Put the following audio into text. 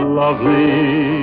lovely